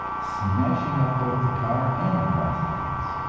smashing up both the car and the prostitutes.